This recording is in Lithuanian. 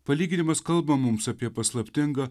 palyginimas kalba mums apie paslaptingą